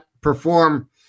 perform